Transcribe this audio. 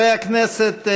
חברי הכנסת,